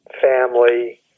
family